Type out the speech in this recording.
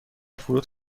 فرود